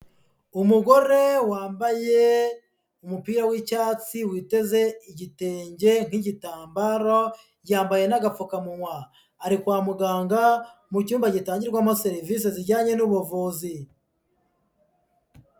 Umugore wambaye umupira w'icyatsi, witeze igitenge nk'igitambaro, yambaye n'agapfukamunwa, ari kwa muganga mu cyumba gitangirwamo serivisi zijyanye n'ubuvuzi.